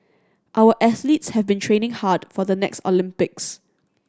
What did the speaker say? our athletes have been training hard for the next Olympics